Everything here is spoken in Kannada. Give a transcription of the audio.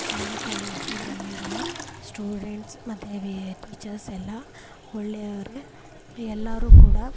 ಶಾಲಾ ಕಾಲೇಜಿನಲ್ಲಿರುವ ಸ್ಟೂಡೆಂಟ್ಸ್ ಮತ್ತು ಟೀಚರ್ಸ್ ಎಲ್ಲ ಒಳ್ಳೆಯವರೇ ಎಲ್ಲರೂ ಕೂಡ